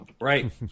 Right